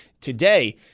today